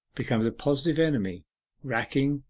becomes a positive enemy racking,